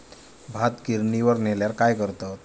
भात गिर्निवर नेल्यार काय करतत?